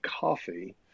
coffee